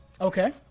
Okay